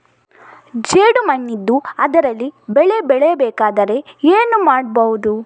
ಜೇಡು ಮಣ್ಣಿದ್ದು ಅದರಲ್ಲಿ ಬೆಳೆ ಬೆಳೆಯಬೇಕಾದರೆ ಏನು ಮಾಡ್ಬಹುದು?